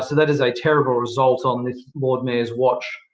that is a terrible result on this lord mayor's watch.